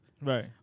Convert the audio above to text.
right